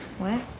what?